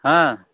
ᱦᱮᱸ